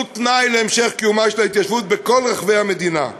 שהוא תנאי להמשך קיומה של ההתיישבות בכל רחבי המדינה.